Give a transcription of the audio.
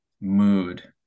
mood